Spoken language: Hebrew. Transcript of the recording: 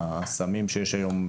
הסמים שיש היום,